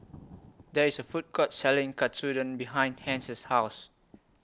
There IS A Food Court Selling Katsudon behind Hence's House